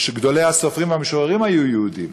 גדולי הסופרים והמשוררים היו יהודים.